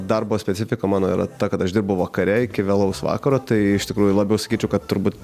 darbo specifika mano yra ta kad aš dirbu vakare iki vėlaus vakaro tai iš tikrųjų labiau sakyčiau kad turbūt